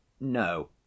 No